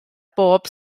bob